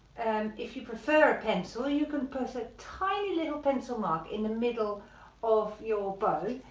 if you prefer a pencil you can put a tiny little pencil mark in the middle of your bow,